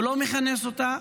הוא לא מכנס אותה,